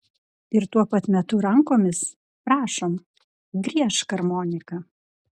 ir tuo pat metu rankomis prašom griežk armonika